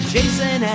Jason